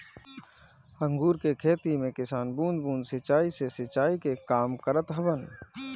अंगूर के खेती में किसान बूंद बूंद सिंचाई से सिंचाई के काम करत हवन